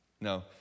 No